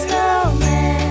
Snowman